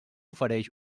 ofereix